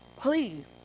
Please